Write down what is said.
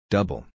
Double